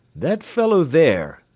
that fellow there,